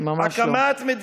ממש לא.